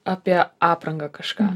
apie aprangą kažką